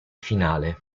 finale